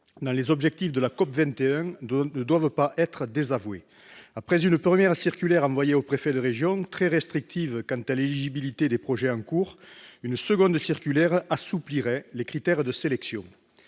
fil des objectifs de la COP21 ne doivent pas être désavoués. Après une première circulaire envoyée aux préfets de région, très restrictive pour ce qui est de l'éligibilité des projets en cours, une seconde circulaire assouplirait les critères de sélection.